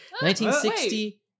1960